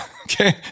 Okay